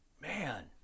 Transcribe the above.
Man